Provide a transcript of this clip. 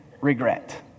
regret